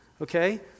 okay